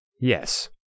Yes